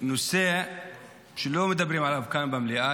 נושא שלא מדברים עליו כאן במליאה,